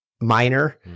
minor